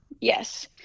Yes